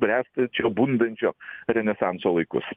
bręstančio bundančio renesanso laikus